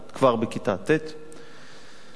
כבר בכיתה ט'; ב.